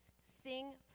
Sing